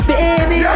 Baby